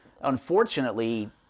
unfortunately